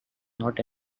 not